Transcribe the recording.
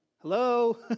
hello